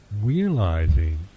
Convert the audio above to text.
realizing